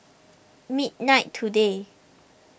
midnight today